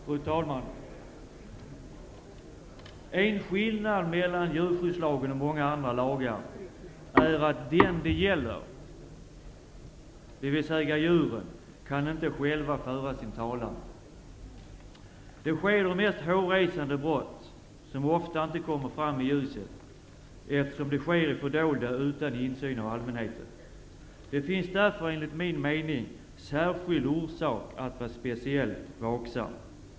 Fru talman! En skillnad mellan djurskyddslagen och många andra lagar är att dem det gäller, dvs. djuren, inte själva kan föra sin talan. De mest hårresesande brott sker, som ofta inte kommer fram i ljuset, eftersom de sker i det fördolda, utan insyn av allmänheten. Det finns därför, enligt min mening, särskild orsak att vara speciellt vaksam.